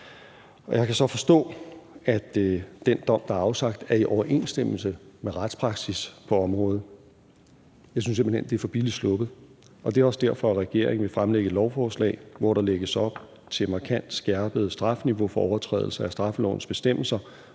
jeg kan så forstå, at den dom, der er afsat, er i overensstemmelse med retspraksis på området. Jeg synes simpelt hen, at det er for billigt sluppet, og det er også derfor, at regeringen vil fremlægge et lovforslag, hvor der lægges op til et markant skærpet strafniveau for overtrædelse af straffelovens bestemmelser